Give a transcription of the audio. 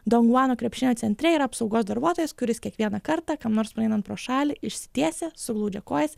donguano krepšinio centre yra apsaugos darbuotojas kuris kiekvieną kartą kam nors praeinant pro šalį išsitiesia suglaudžia kojas